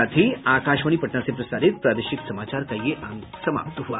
इसके साथ ही आकाशवाणी पटना से प्रसारित प्रादेशिक समाचार का ये अंक समाप्त हुआ